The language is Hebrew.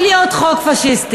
תודה רבה, כבוד היושבת-ראש.